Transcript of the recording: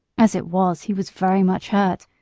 as it was, he was very much hurt,